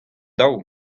daou